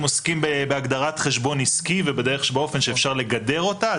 אם עוסקים בהגדרת חשבון עסקי ובאופן שאפשר לגדר אותה,